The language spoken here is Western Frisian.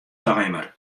timer